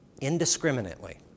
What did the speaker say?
indiscriminately